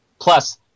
Plus